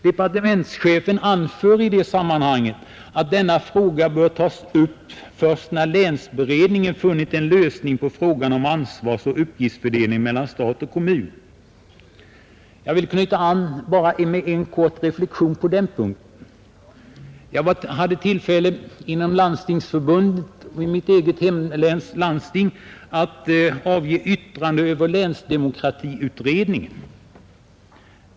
Departementschefen anför i det sammanhanget att denna fråga bör tas upp först när länsberedningen funnit en lösning på frågan om ansvarsoch uppgiftsfördelningen mellan stat och kommun. Jag vill på denna punkt bara knyta an med en kort reflexion. Jag hade i Landstingsförbundet och i mitt eget hemläns landsting tillfälle att avge yttrande över länsdemokratiutredningen.